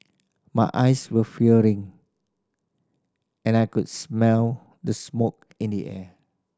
my eyes were fearing and I could smell the smoke in the air